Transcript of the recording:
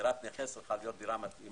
דירת נכה צריכה להיות מתאימה.